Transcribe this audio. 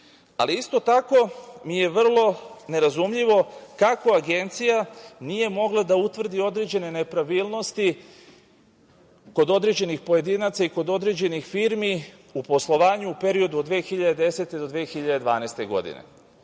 spreči. Isto tako mi je vrlo nerazumljivo kako Agencija nije mogla da utvrdi određene nepravilnosti kod određenih pojedinaca i kod određenih firmi u poslovanju, u periodu od 2010. do 2012. godine.